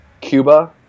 Cuba